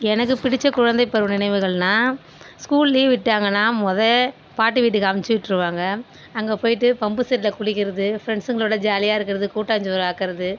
எனக்கு பிடிச்ச குழந்தை பருவ நினைவுகள்னா ஸ்கூல் லீவ் விட்டாங்கன்னா முத பாட்டி வீட்டுக்கு அனுப்பிச்சி விட்ருவாங்க அங்கே போயிவிட்டு பம்பு செட்டில் குளிக்கிறது ஃப்ரெண்ட்ஸுங்களோட ஜாலியாக இருக்கிறது கூட்டாஞ்சோறு ஆக்குறது